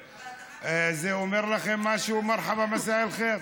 זה אומר לכם משהו, מרחבא, מסא אל-ח'יר?